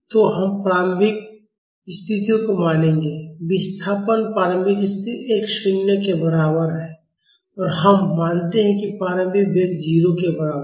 तो हम प्रारंभिक स्थितियों को मानेंगे विस्थापन प्रारंभिक स्थिति x शून्य के बराबर है और हम मानते हैं कि प्रारंभिक वेग 0 के बराबर है